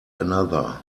another